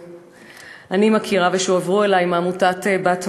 שאני מכירה ושהועברו אלי מעמותת "בת מלך",